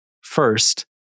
First